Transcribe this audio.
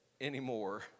anymore